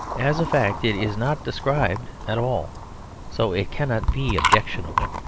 as a fact it is not described at all so it cannot be objectionable.